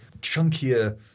chunkier